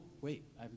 wait